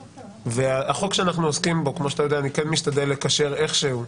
כמו שאתה יודע, אני כן משתדל לקשר איכשהו,